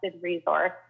resource